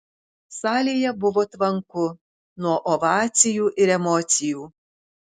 salėje buvo tvanku nuo ovacijų ir emocijų